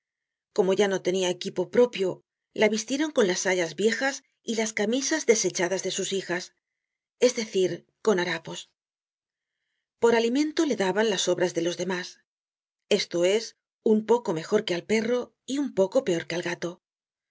como ya no tenia equipo propio la vistieron con las sayas viejas y las camisas desechadas de sus hijas es decir con harapos por alimento le daban las sobras de los demás esto es un poco mejor que al perro y un poco peor que al gato